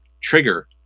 trigger